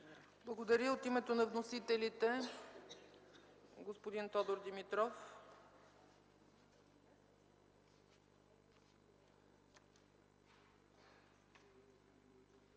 Благодаря. От името на вносителите – господин Тодор Димитров.